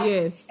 Yes